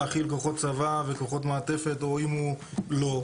להכיל כוחות צבא וכוחות מעטפת או אם הוא לא,